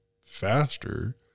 faster